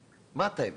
מה אתה הבנת?